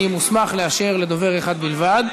אני מוסמך לאשר לדובר אחד בלבד.